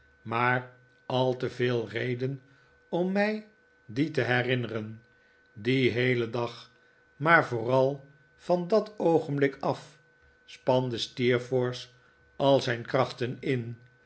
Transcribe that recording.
maar al te veel reden om mij die te herinneren dien heelen dag maar vooral van onbegrijpelijke gebeurtenissen dat oogenblik af spande steerforth al zijn krachten in